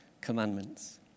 commandments